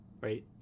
right